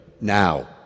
now